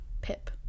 Pip